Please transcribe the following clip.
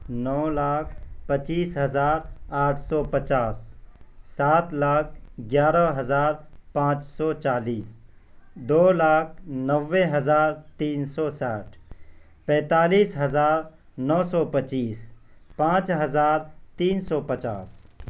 نو لاکھ پچیس ہزار آٹھ سو پچاس سات لاکھ گیارہ ہزار پانچ سو چالیس دو لاکھ نوے ہزار تین سو ساٹھ پینتالیس ہزار نو سو پچیس پانچ ہزار تین سو پچاس